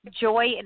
joy